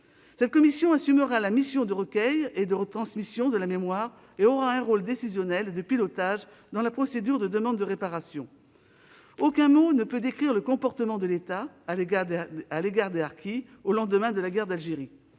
Cette commission assurera la mission de recueil et de transmission de la mémoire ; elle aura un rôle décisionnel et de pilotage dans la procédure de demande de réparation. Aucun mot ne peut décrire le comportement de l'État à l'égard des harkis au lendemain de la guerre d'Algérie.